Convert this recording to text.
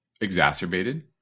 exacerbated